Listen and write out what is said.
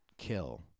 Kill